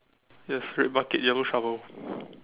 yes red bucket yellow shovel